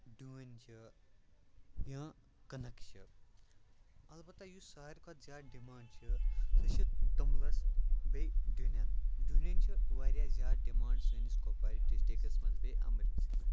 ڈوٗنۍ چھِ یا کنٕک چھُ البتہ یُس ساروٕے کھۄتہٕ زیادٕ ڈِمانٛڈ چھِ سۄ چھِ توٚملَس بیٚیہِ ڈۄنیٚن ڈۄنیٚن چھِ واریاہ زیادٕ ڈِمانٛڈ سٲنِس کۄپوارِ ڈِسٹِرٛکَس مَنٛز بیٚیہِ اَمرِتسر